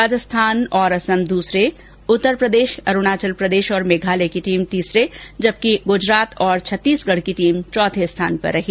राजस्थान और असम दूसरे उत्तर प्रदेश अरुणाचल प्रदेश और मेघालय की टीम तीसरे जब कि गुजरात और छत्तीसगढ़ की टीम चौथे स्थान पर रही